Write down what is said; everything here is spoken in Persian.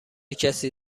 کسی